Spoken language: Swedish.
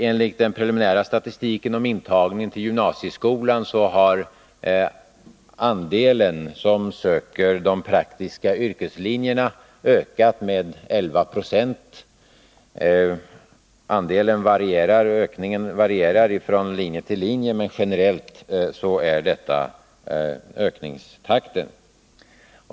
Enligt den preliminära statistiken om intagning till gymnasieskolan har andelen ungdomar som söker sig till de praktiska yrkeslinjerna ökat med 11 26. Ökningsandelen varierar från linje till linje, men generellt är detta ökningstakten.